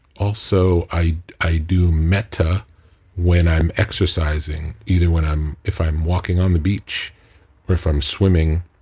also, i i do metta when i'm exercising, either when i'm, if i'm walking on the beach or if i'm swimming,